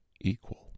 equal